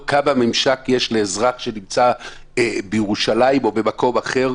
כמה ממשק יש לאזרח שנמצא בירושלים או במקום אחר,